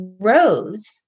rose